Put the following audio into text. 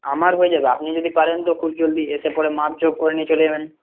আমার হয়ে যাবে আপনি যদি পারেন তো খুব জলদি এসে পরে মাপজোক করে নিয়ে চলে যাবেন